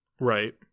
Right